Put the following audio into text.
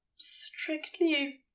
Strictly